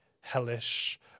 hellish